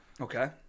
Okay